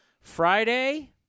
Friday